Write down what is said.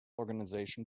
organization